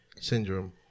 syndrome